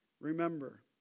Remember